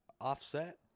offset